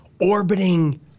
Orbiting